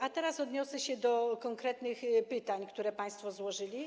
A teraz odniosę się do konkretnych pytań, które państwo zadali.